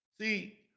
See